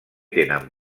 tenen